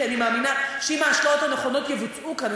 כי אני מאמינה שאם ההשקעות הנכונות יבוצעו כאן,